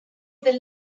del